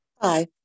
Hi